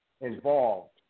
involved